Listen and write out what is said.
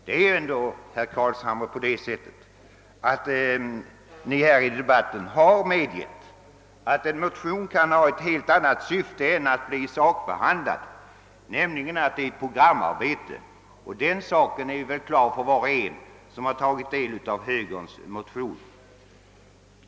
Det är ju ändå på det sättet, att herr Carlshamre i debatten har medgivit att en motion kan ha ett helt annat syfte än att kräva sakbehandling av en aktuell fråga — den kan vara ett programarbete.